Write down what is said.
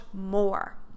more